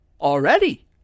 Already